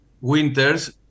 winters